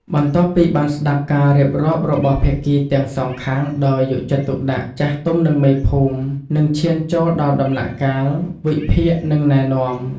បន្ទាប់ពីបានស្តាប់ការរៀបរាប់របស់ភាគីទាំងសងខាងដោយយកចិត្តទុកដាក់ ចាស់ទុំ និងមេភូមិ នឹងឈានចូលដល់ដំណាក់កាលវិភាគ និងណែនាំ។